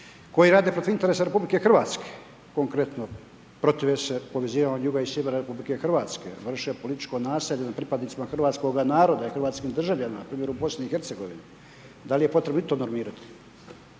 koji rade protiv interesa RH, konkretno protive se povezivanju juga i sjevera RH, vrše političko nasilje nad pripadnicima hrvatskoga naroda i hrvatskim državljanima na primjer u BiH. Da li je potrebno i to normirati?